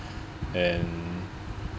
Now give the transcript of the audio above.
and